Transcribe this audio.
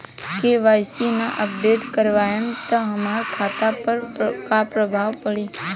KYC ना update करवाएम त हमार खाता पर का प्रभाव पड़ी?